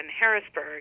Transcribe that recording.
Harrisburg